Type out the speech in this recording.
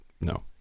no